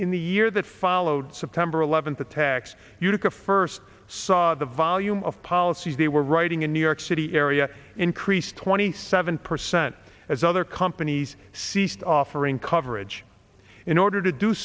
in the year that five followed september eleventh attacks utica first saw the volume of policies they were writing in new york city area increased twenty seven percent as other companies ceased offering coverage in order to do